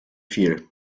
viel